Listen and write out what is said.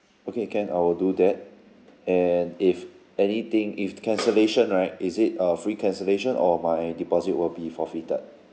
okay can I'll do that and if anything if cancellation right is it uh free cancellation or my deposit will be forfeited